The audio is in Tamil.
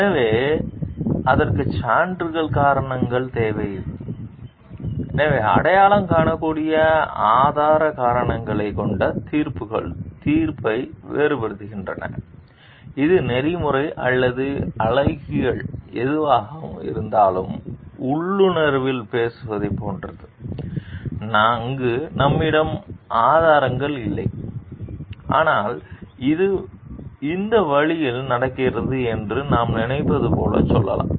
எனவே அதற்கு சான்றுகள் காரணங்கள் தேவை எனவே அடையாளம் காணக்கூடிய ஆதார காரணங்களைக் கொண்ட தீர்ப்புகள் தீர்ப்பை வேறுபடுத்துகின்றன இது நெறிமுறை அல்லது அழகியல் எதுவாக இருந்தாலும் உள்ளுணர்வில் பேசுவதைப் போன்றது அங்கு நம்மிடம் ஆதாரங்கள் இல்லை ஆனால் இது இந்த வழியில் நடக்கிறது என்று நாம் நினைப்பது போல் சொல்வோம்